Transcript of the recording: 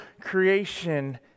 creation